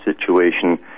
situation